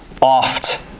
oft